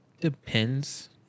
depends